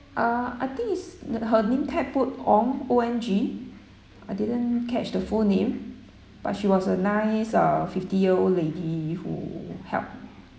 ah I think is that her name tag put ong O N G I didn't catch the full name but she was a nice uh fifty year old lady who helped